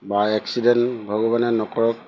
বা এক্সিডেণ্ট ভগৱানে নকৰক